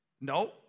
No